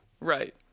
Right